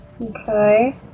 Okay